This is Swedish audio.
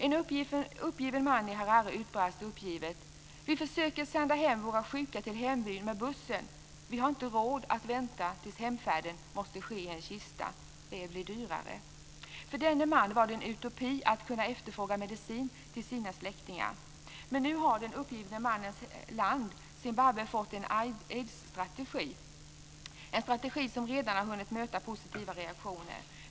En uppgiven man i Harare utbrast uppgivet: "Vi försöker sända hem våra sjuka till hembyn med bussen, vi har inte råd att vänta tills hemfärden måste ske i kista." Det blir dyrare. För denne man var det en utopi att kunna efterfråga medicin till sina släktingar. Nu har den uppgivne mannens land, Zimbabwe, fått en aidsstrategi - en strategi som redan har hunnit möta positiva reaktioner.